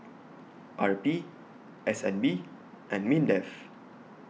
R P S N B and Mindef